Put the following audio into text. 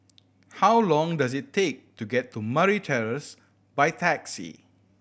how long does it take to get to Murray Terrace by taxi